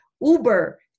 Uber